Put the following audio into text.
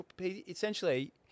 essentially –